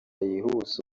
yihuse